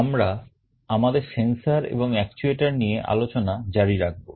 আমরা আমাদের sensor এবং actuator নিয়ে আলোচনা চালাতে থাকবো